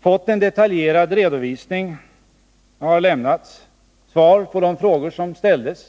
fått en detaljerad redovisning. Svar har lämnats på de frågor som har ställts.